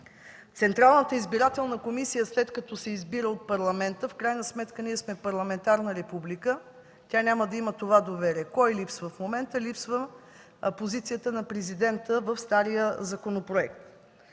Централната избирателна комисия, след като се избира от Парламента, в крайна сметка ние сме парламентарна република, няма да има това доверие. Какво й липсва в момента? Липсва позицията на Президента в стария законопроект.